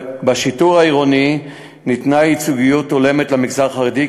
בשיטור העירוני ניתנה ייצוגיות הולמת למגזר החרדי,